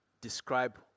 describe